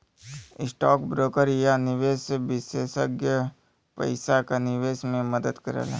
stock broker या निवेश विषेसज्ञ पइसा क निवेश में मदद करला